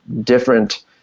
different